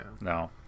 no